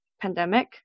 pandemic